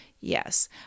yes